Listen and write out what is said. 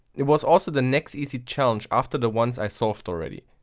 it was also the next easy challenge after the ones i solved already.